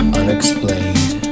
unexplained